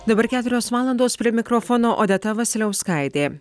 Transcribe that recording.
dabar keturios valandos prie mikrofono odeta vasiliauskaitė